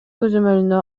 көзөмөлүнө